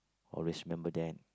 always remember that